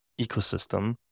ecosystem